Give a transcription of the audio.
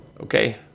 Okay